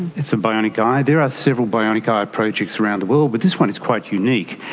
it's a bionic eye. there are several bionic eye projects around the world but this one is quite unique.